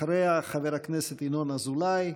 אחריה, חברי הכנסת ינון אזולאי,